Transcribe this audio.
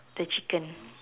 the chicken